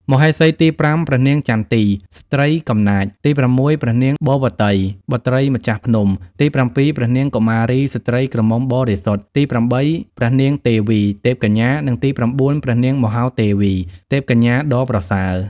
មហេសីទី៥ ព្រះនាងចន្ទី (ស្ត្រីកំណាច) ទី៦ ព្រះនាងបវ៌តី (បុត្រីម្ចាស់ភ្នំ) ទី៧ ព្រះនាងកុមារី (ស្ត្រីក្រមុំបរិសុទ្ធ) ទី៨ ព្រះនាងទេវី (ទេពកញ្ញា) និងទី៩ ព្រះនាងមហាទេវី (ទេពកញ្ញាដ៏ប្រសើរ)។